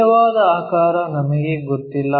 ನಿಜವಾದ ಆಕಾರ ನಮಗೆ ಗೊತ್ತಿಲ್ಲ